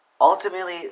Ultimately